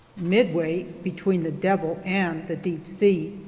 midway between the devil and the deep sea.